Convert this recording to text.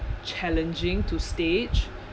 challenging to stage